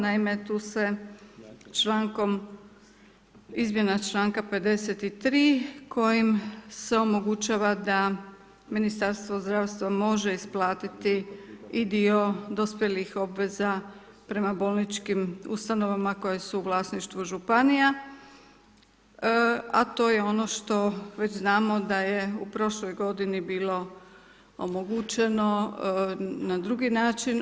Naime, tu se člankom, izmjena člankom 53. kojim se omogućava da Ministarstvo zdravstva može isplatiti i dio dospjelih obveza prema bolničkim ustanovama, koje su u vlasništvu županija, a to je ono što, već znamo da je u prošloj g. bilo omogućeno na drugi način.